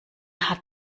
hat